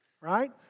right